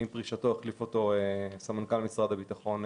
עם פרישתו החליף אותו סמנכ"ל משרד הביטחון,